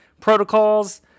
protocols